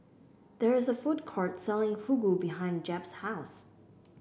there is a food court selling Fugu behind Jep's house